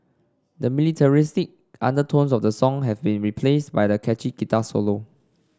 the militaristic undertones of the song have been replaced by a catchy guitar solo